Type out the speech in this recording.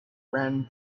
ran